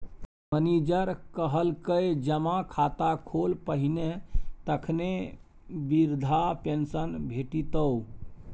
manager कहलकै जमा खाता खोल पहिने तखने बिरधा पेंशन भेटितौ